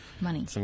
Money